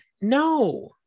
no